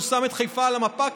שהוא שם את חיפה על המפה,